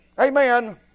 Amen